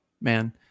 man